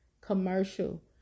commercial